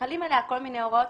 וחלם עליה כל מיני הוראות.